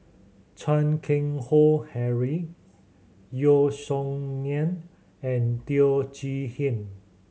Chan Keng Howe Harry Yeo Song Nian and Teo Chee Hean